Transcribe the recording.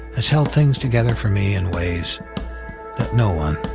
has held things together for me in ways that no one